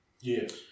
Yes